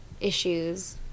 issues